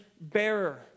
bearer